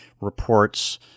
reports